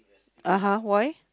(uh huh) why